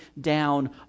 down